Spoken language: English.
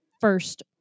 first